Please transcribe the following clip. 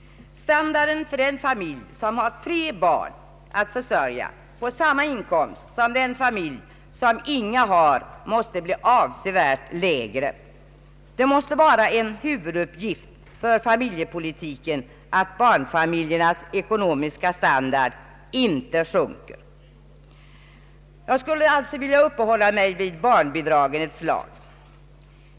Standarden för en familj som har tre barn att försörja på samma inkomst som den familj som inga har måste bli avsevärt lägre, Det måste vara en huvuduppgift för familjepolitiken att barnfamiljernas ekonomiska standard inte sjunker. Jag skulle alltså vilja uppehålla mig vid barnbidragen ett slag.